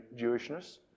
Jewishness